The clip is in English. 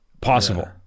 possible